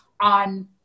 on